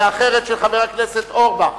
והאחרת של חבר הכנסת אורבך,